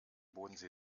bodensee